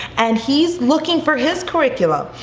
and he's looking for his curriculum,